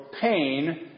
pain